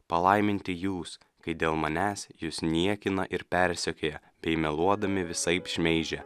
palaiminti jūs kai dėl manęs jus niekina ir persekioja bei meluodami visaip šmeižia